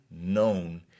known